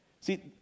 See